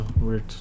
weird